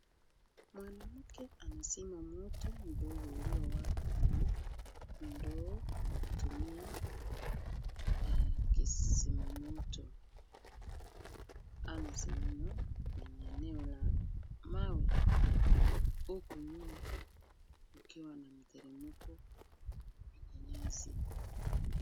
Mwanamke amezima moto mdogo uliowaka kwenye ndoo, kwa kutumia kizima moto. Amesimama kwenye eneo la mawe huku nyuma kukiwa na mteremko kwenye nyasi.